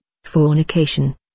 Fornication